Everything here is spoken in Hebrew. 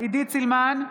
עידית סילמן,